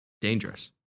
dangerous